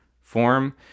form